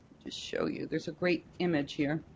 show you, there's a great image here.